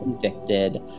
convicted